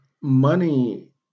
money